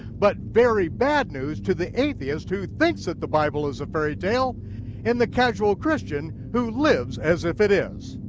but very bad news to the atheist who thinks that the bible is a fairytale and the casual christian who lives as if it is.